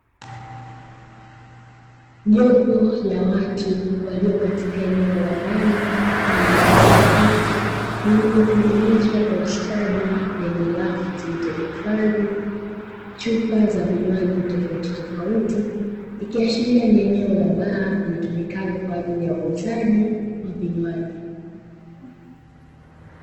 Jopo la watu walio katika eneo la ndani lenye mwanga hafifu lililotengenezwa kwa ustadi, lenye safu zilizohifadhi chupa za vinywaji tofautitofauti ikiashiria ni eneo la baa litumikalo kwa ajili ya uuzaji wa vinywaji.